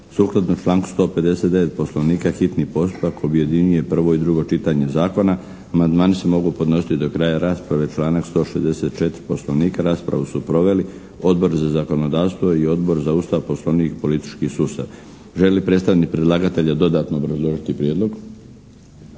Sukladno članku 159. Poslovnika hitni postupak objedinjuje prvo i drugo čitanje zakona. Amandmani se mogu podnositi do kraja rasprave, članak 164. Poslovnika. Raspravu su proveli Odbor za zakonodavstvo i Odbor za Ustav, Poslovnik i politički sustav. Želi li predstavnik predlagatelja dodatno obrazložiti prijedlog?